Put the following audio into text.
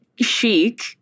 chic